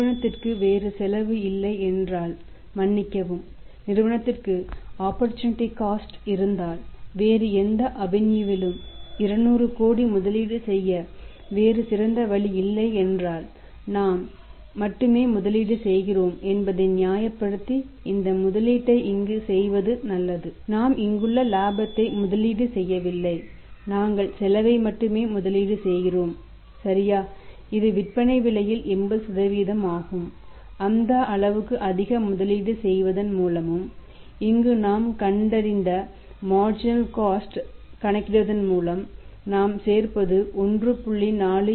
நிறுவனத்திற்கு வேறு செலவு இல்லை என்றால் மன்னிக்கவும் நிறுவனத்திற்கு ஆப்பர்சூனிட்டி காஸ்ட் ஐ கணக்கிடுவதன் மூலமும் நாம் சேர்ப்பது 1